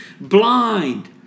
blind